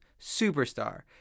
superstar